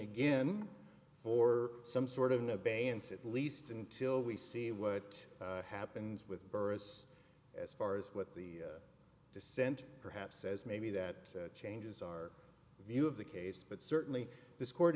again for some sort of new bands at least until we see what happens with burress as far as what the dissent perhaps says maybe that changes our view of the case but certainly this court